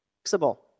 flexible